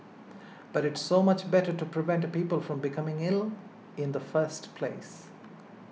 but it's so much better to prevent people from becoming ill in the first place